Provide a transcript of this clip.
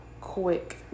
quick